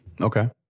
Okay